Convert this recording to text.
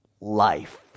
life